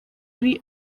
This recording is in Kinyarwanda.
ari